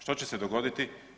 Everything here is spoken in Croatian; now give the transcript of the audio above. Što će se dogoditi?